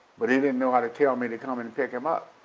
but he didn't know how to tell me to come and pick him up.